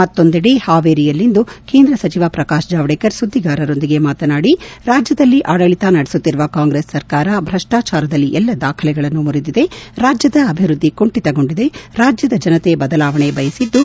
ಮತ್ತೊಂದೆಡೆ ಹಾವೇರಿಯಲ್ಲಿಂದು ಕೇಂದ್ರ ಸಚಿವ ಪ್ರಕಾಶ್ ಜಾವಡೇಕರ್ ಸುದ್ಲಿಗಾರರೊಂದಿಗೆ ಮಾತನಾಡಿ ರಾಜ್ಯದಲ್ಲಿ ಆಡಳತ ನಡೆಸುತ್ತಿರುವ ಕಾಂಗ್ರೆಸ್ ಸರ್ಕಾರ ಭ್ರಷ್ಟಾಚಾರದಲ್ಲಿ ಎಲ್ಲಾ ದಾಖಲೆಗಳನ್ನು ಮುರಿದಿದೆ ರಾಜ್ಯದ ಅಭಿವೃದ್ದಿ ಕುಂಠಿತಗೊಂಡಿದೆ ರಾಜ್ಯದ ಜನತೆ ಬದಲಾವಣೆ ಬಯಸಿದ್ದು